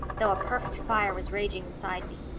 though a perfect fire was raging inside me.